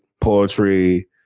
poetry